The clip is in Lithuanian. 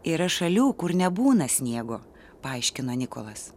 yra šalių kur nebūna sniego paaiškino nikolas